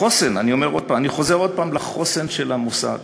החוסן, אני חוזר עוד הפעם לחוסן של המוסד,